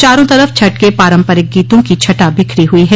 चारों तरफ छठ के पारम्परिक गीतों की छटा बिखरी हुई है